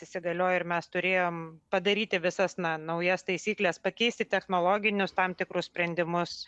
įsigaliojo ir mes turėjom padaryti visas na naujas taisykles pakeisti technologinius tam tikrus sprendimus